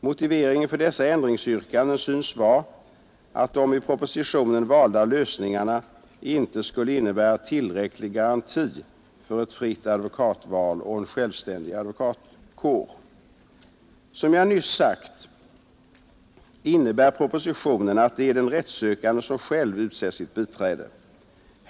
Motiveringen för dessa ändringsyrkanden synes vara att de i propositionen valda lösningarna inte skulle innebära tillräcklig garanti för ett fritt advokatval och en självständig advokatkår. Som jag nyss sagt innebär propositionen att det är den rättssökande som själv utser sitt biträde.